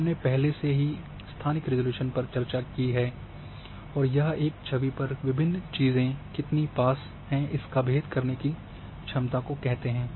हमने पहले से ही स्थानिक रिज़ॉल्यूशन पर चर्चा की है की यह एक छवि पर विभिन्न चीज़ें कितनी पास हैं इसका भेद करने की क्षमता को कहते हैं